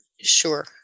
Sure